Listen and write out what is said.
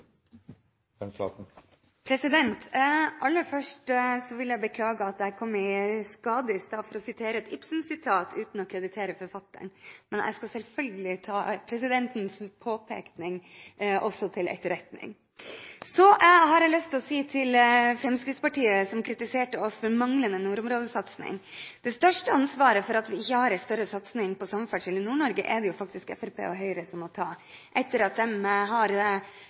planperioden. Aller først vil jeg beklage at jeg i stad kom i skade for å sitere Ibsen uten å kreditere forfatteren, men jeg skal selvfølgelig ta presidentens påpekning til etterretning. Så har jeg lyst til å si til Fremskrittspartiet, som kritiserte oss for manglende nordområdesatsing: Det største ansvaret for at vi ikke har en større satsing på samferdsel i Nord-Norge, er det faktisk Fremskrittspartiet og Høyre som må ta, etter at de har